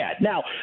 Now